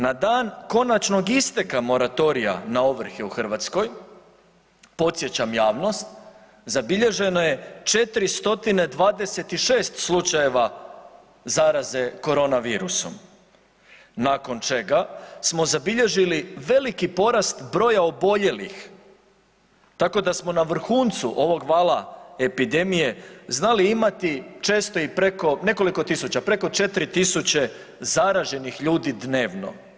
Na dan končanog isteka moratorija na ovrhe u Hrvatskoj, podsjećam javnost, zabilježeno je 426 slučajeva zaraze korona virusom nakon čega smo zabilježili veliki porast broja oboljelih, tako da smo na vrhuncu ovog vala epidemije često i preko nekoliko tisuća preko 4.000 zaraženih ljudi dnevno.